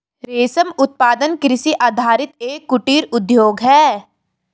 रेशम उत्पादन कृषि आधारित एक कुटीर उद्योग है